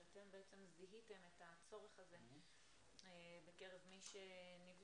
שאתם בעצם זיהיתם את הצורך הזה בקרב מי שנבדק.